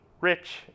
rich